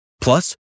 Plus